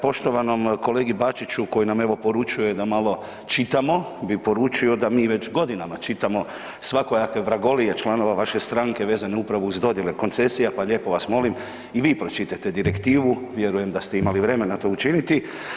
Poštovanom kolegi Bačiću koji nam evo poručuje da malo čitamo bi poručio da mi već godinama čitamo svakojake vragolije članova vaše strane vezano upravo uz dodjele koncesija, pa lijepo vas molim i vi pročitajte direktivu, vjerujem da ste imali vremena to učiniti.